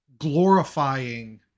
glorifying